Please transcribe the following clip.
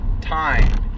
time